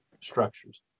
structures